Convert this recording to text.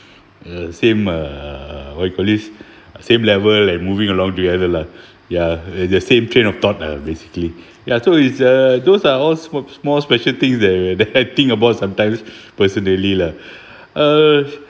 uh same uh what you call this same level like moving along together lah ya the same train of thought ah basically ya so it's uh those are all small small special things that that I think about sometimes personally lah uh